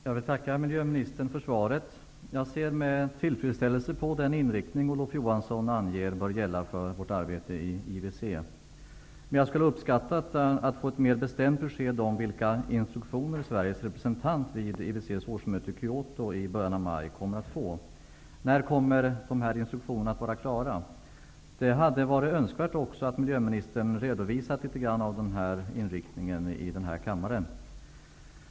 Fru talman! Jag vill tacka miljöministern för svaret. Jag ser med tillfredsställelse på den inriktning som Olof Johansson anger bör gälla för vårt arbete i IWC. Men jag skulle uppskatta att få ett mer bestämt besked om vilka instruktioner som Sveriges representant vid IWC:s årsmöte i Kyoto i början av maj kommer att få. När kommer dessa instruktioner att vara klara? Det hade också varit önskvärt att miljöministern i kammaren något hade redovisat inriktningen av instruktionerna.